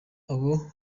abo